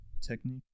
technique